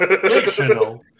Fictional